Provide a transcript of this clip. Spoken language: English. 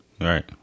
Right